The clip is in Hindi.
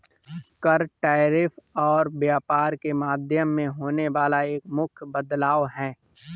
कर, टैरिफ और व्यापार के माध्यम में होने वाला एक मुख्य बदलाव हे